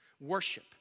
Worship